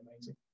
amazing